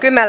kiinan